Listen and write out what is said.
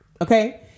okay